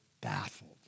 baffled